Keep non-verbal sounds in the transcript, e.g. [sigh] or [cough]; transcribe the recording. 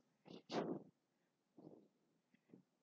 [breath]